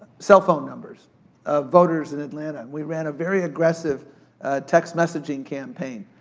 cell phone numbers of voters in atlanta, and we ran a very aggressive text messaging campaign.